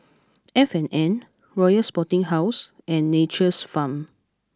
F and N Royal Sporting House and Nature's Farm